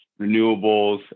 renewables